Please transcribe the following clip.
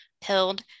Pilled